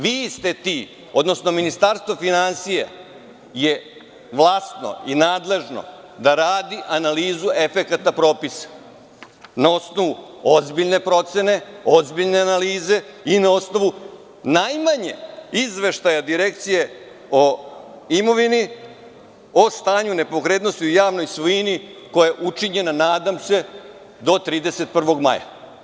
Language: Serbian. Vi ste ti, odnosno Ministarstvo finansija je vlasno i nadležno da radi analizu efekata propisa, na osnovu ozbiljne procene, ozbiljne analize i na osnovu najmanje izveštaja Direkcije o imovini o stanju nepokretnosti u javnoj svojini, koja je učinjena, nadam se, do 31. maja.